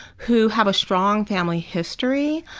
who have a strong family history,